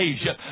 Asia